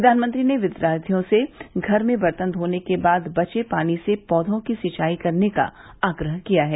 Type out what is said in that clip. प्रधानमंत्री ने विद्यार्थियों से घर में बर्तन धोने के बाद बचे पानी से पौधों की सिंचाई करने का आग्रह किया है